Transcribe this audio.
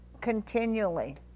continually